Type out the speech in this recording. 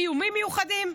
איומים מיוחדים?